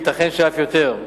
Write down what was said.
וייתכן שאף יותר.